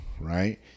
right